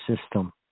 system